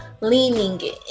leaning